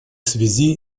связи